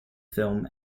film